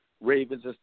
Ravens